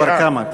כמה.